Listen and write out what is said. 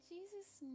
Jesus